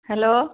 hello